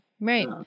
Right